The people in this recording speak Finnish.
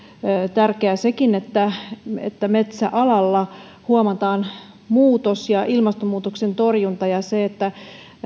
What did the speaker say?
tärkeää sekin että että metsäalalla huomataan muutos ja ilmastonmuutoksen torjunta ja se että